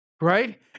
right